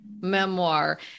memoir